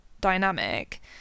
dynamic